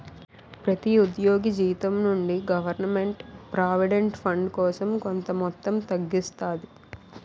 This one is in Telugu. ప్రతి ఉద్యోగి జీతం నుండి గవర్నమెంట్ ప్రావిడెంట్ ఫండ్ కోసం కొంత మొత్తం తగ్గిస్తాది